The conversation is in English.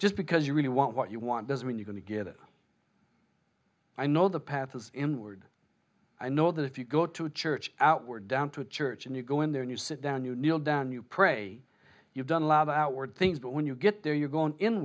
just because you really want what you want doesn't mean you're gonna get it i know the path is inward i know that if you go to a church out we're down to a church and you go in there and you sit down you kneel down you pray you've done a lot of outward things but when you get there you're going in